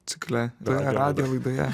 cikle radijo laidoje